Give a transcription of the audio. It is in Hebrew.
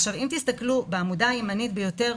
אם תסתכלו בעמודה הימנית ביותר,